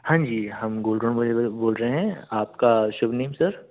हाँ जी हम गोल्ड बोल रहे हैं आप का शुभ नेम सर